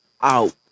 out